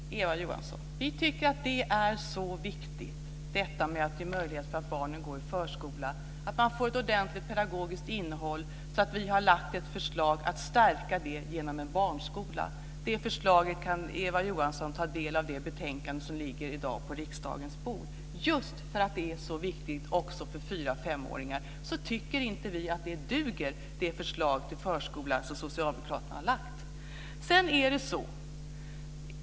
Herr talman! Jo, Eva Johansson, vi tycker att det är så viktigt att ge barnen möjlighet att gå i förskola, att den får ett ordentligt pedagogiskt innehåll, att vi har lagt fram ett förslag om att stärka den genom en barnskola. Det förslaget kan Eva Johansson ta del av i det betänkande som i dag ligger på riksdagens bord. Just för att det är så viktigt också för fyra-femåringar tycker inte vi att det förslag till förskola som socialdemokraterna har lagt fram duger.